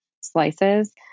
slices